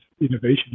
innovation